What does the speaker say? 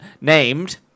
Named